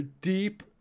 deep